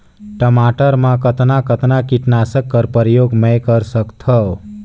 टमाटर म कतना कतना कीटनाशक कर प्रयोग मै कर सकथव?